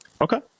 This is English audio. Okay